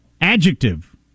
Adjective